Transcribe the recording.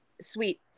sweet